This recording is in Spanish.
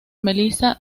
melissa